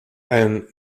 and